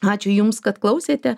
ačiū jums kad klausėte